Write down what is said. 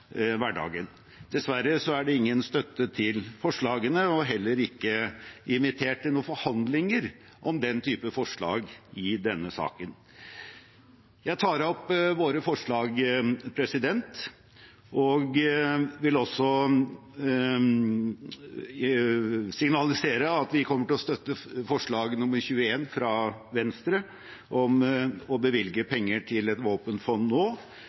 er det ingen støtte til forslagene, og det er heller ikke invitert til noen forhandlinger om den type forslag i denne saken. Jeg tar opp våre forslag og vil også signalisere at vi kommer til å støtte forslag nr. 21, fra Venstre, om å bevilge penger til et våpenfond nå.